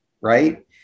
right